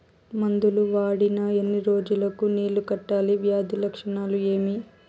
మందులు వాడిన ఎన్ని రోజులు కు నీళ్ళు కట్టాలి, వ్యాధి లక్షణాలు ఏమి?